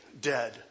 dead